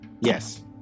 Yes